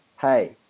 Hey